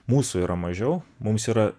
mūsų yra mažiau mums yra